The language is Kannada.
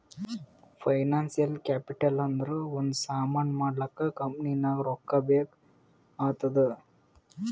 ಫೈನಾನ್ಸಿಯಲ್ ಕ್ಯಾಪಿಟಲ್ ಅಂದುರ್ ಒಂದ್ ಸಾಮಾನ್ ಮಾಡ್ಲಾಕ ಕಂಪನಿಗ್ ರೊಕ್ಕಾ ಬೇಕ್ ಆತ್ತುದ್